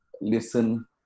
listen